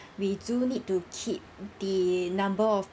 we do need to keep the number of